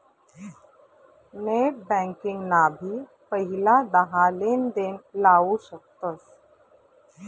net banking ना भी पहिला दहा लेनदेण लाऊ शकतस